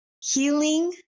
healing